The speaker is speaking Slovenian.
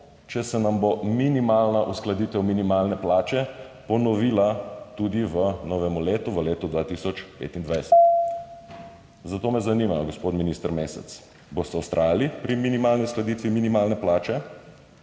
če se nam bo minimalna uskladitev minimalne plače ponovila tudi v novem letu, v letu 2025. Zato me zanima, gospod minister Mesec: Boste vztrajali pri minimalni uskladitvi minimalne plače,